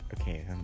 Okay